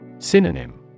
Synonym